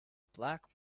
black